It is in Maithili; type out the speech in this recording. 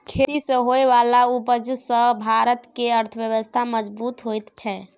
खेती सँ होइ बला उपज सँ भारत केर अर्थव्यवस्था मजगूत होइ छै